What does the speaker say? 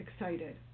excited